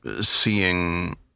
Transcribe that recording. seeing